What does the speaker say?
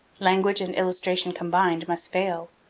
language and illustration combined must fail.